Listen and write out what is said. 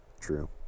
True